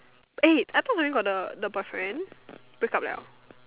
eh I thought mine got the the boyfriend break up liao